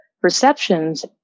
perceptions